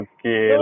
Okay